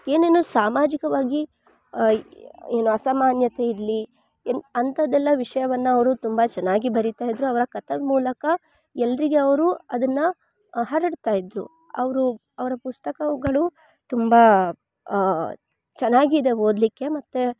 ಏನೇನೋ ಸಾಮಾಜಿಕವಾಗಿ ಏನು ಅಸಾಮಾನ್ಯತೆ ಇರಲಿ ಏನ್ ಅಂಥದ್ದೆಲ್ಲ ವಿಷಯವನ್ನು ಅವರು ತುಂಬ ಚೆನ್ನಾಗಿ ಬರೀತಾಯಿದ್ರು ಅವರ ಕಥಾ ಮೂಲಕ ಎಲ್ಲರಿಗೆ ಅವರು ಅದನ್ನ ಹರಡ್ತಾಯಿದ್ರು ಅವರು ಅವರ ಪುಸ್ತಕಗಳು ತುಂಬ ಚೆನ್ನಾಗಿದೆ ಓದಲಿಕ್ಕೆ ಮತ್ತು